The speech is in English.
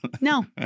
No